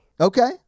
Okay